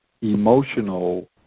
emotional